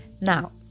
Now